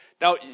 Now